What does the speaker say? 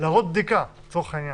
לעבור בדיקה, לצורך העניין.